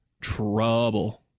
trouble